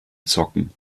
zocken